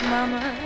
Mama